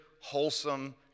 wholesome